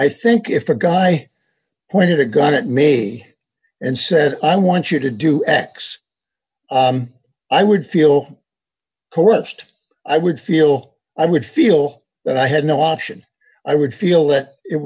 i think if a guy pointed a gun it may and said i want you to do x i would feel coerced i would feel i would feel that i had no option i would feel that it